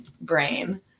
brain